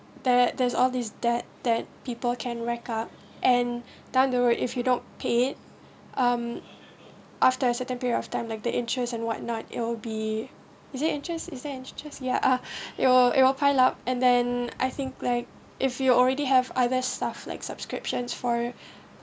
there there's all this debt that people can record and down the road if you don't paid um after a certain period of time like the interest and what not it'll be is it interest is that interest ya it'll it'll pile up and then I think like if you're already have either stuff like subscriptions for